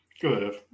Good